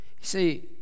See